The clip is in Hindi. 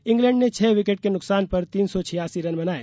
इंग्लैंड ने छह विकेट के नुकसान पर तीन सौ छियासी रन बनाए